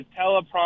teleprompter